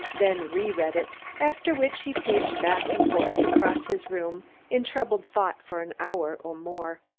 then re-read it, after which he paced back and forth across his room in troubled thought for an hour or more.